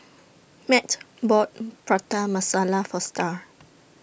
Mat bought Prata Masala For STAR